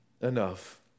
enough